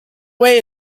way